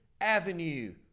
avenue